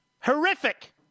horrific